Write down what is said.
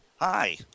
hi